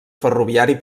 ferroviari